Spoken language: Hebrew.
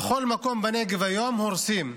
בכל מקום בנגב היום הורסים.